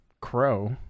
Crow